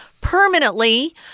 permanently